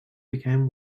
became